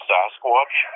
Sasquatch